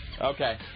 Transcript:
Okay